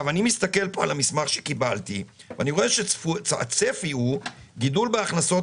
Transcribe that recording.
אני מסתכל פה על המסמך שקיבלתי ואני רואה שהצפי הוא גידול בהכנסות.